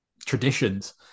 traditions